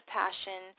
passion